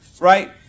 right